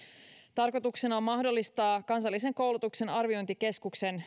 tarkoituksena on mahdollistaa kansallisen koulutuksen arviointikeskuksen